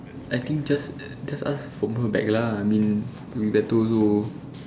I think just just ask from her back lah I mean will be better also